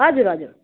हजुर हजुर